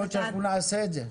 יכול להיות שאנחנו נעשה את זה.